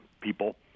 people